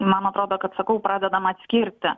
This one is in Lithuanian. man atrodo kad sakau pradedam atskirti